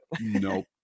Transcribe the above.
nope